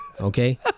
Okay